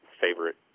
favorite